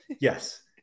Yes